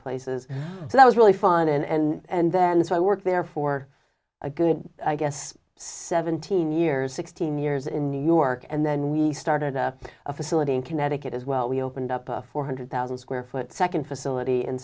places that was really fun and then so i worked there for a good i guess seventeen years sixteen years in new york and then we started at a facility in connecticut as well we opened up a four hundred thousand square foot second facility